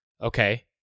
Okay